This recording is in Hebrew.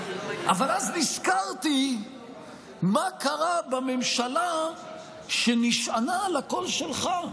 אבל אז נזכרתי מה קרה בממשלה שנשענה על הקול שלך,